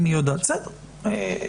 בסדר,